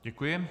Děkuji.